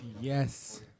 Yes